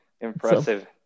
Impressive